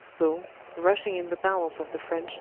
so rushing in the bowels of the french,